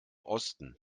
osten